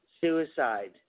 suicide